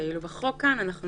ואילו בחוק כאן אנחנו